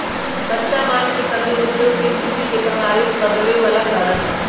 कच्चा माल के कमी उद्योग के सस्थिति के प्रभावित कदेवे बला कारण हई